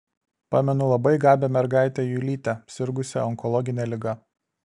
pamenu labai gabią mergaitę julytę sirgusią onkologine liga